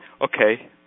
Okay